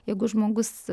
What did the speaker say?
jeigu žmogus